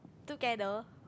together